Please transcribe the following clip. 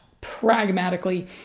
pragmatically